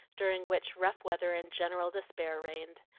during which rough weather and general despair reigned.